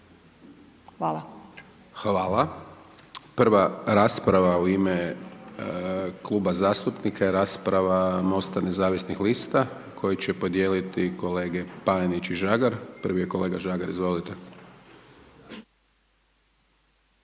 (SDP)** Hvala. Prva rasprava u ime Kluba zastupnika je rasprava MOST-a Nezavisnih lista koji će podijeliti kolege Panenić i Žagar. Prvi je kolega Žagar, izvolite.